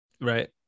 Right